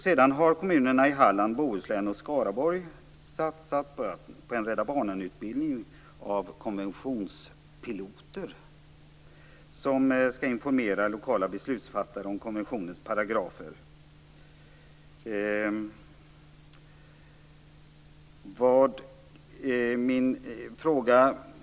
Sedan har kommunerna i Halland, Bohuslän och Skaraborg satsat på en Rädda Barnen-utbildning av konventionspiloter, som skall informera lokala beslutsfattare om konventionens paragrafer.